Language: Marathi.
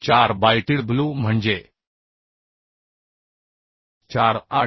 4 बायTw म्हणजे 4 8